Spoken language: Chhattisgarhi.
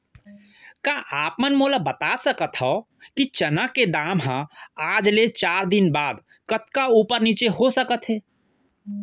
का आप मन मोला बता सकथव कि चना के दाम हा आज ले चार दिन बाद कतका ऊपर नीचे हो सकथे?